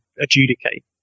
adjudicate